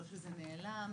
לא שזה נעלם,